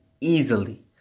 easily